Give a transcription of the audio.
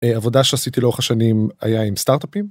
עבודה שעשיתי לאורך השנים היה עם סטארט-אפים.